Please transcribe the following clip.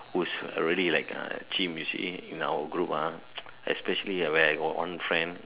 who's already like a team you see in our group ah especially when I got one friend